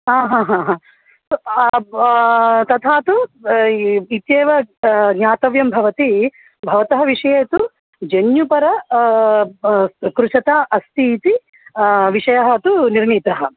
हा हा हा हा तथा तु इत्येव ज्ञातव्यं भवति भवतः विषये तु जन्युपरा कृशता अस्ति इति विषयः तु निर्णीतः